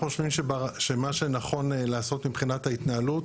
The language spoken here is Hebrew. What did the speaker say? אנחנו חושבים שמה שנכון לעשות מבחינת ההתנהלות